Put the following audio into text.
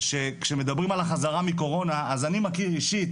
שכשמדברים על החזרה מקורונה אז אני מכיר אישית